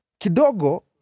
Kidogo